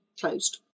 closed